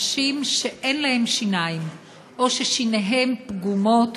אנשים שאין להם שיניים או ששיניהם פגומות,